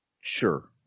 sure